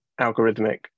algorithmic